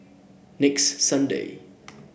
next Sunday